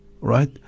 Right